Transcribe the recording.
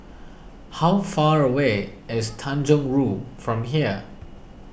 how far away is Tanjong Rhu from here